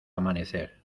amanecer